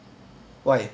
why